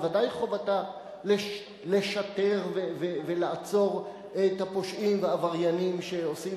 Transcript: ודאי שחובתה לשטר ולעצור את הפושעים והעבריינים שעושים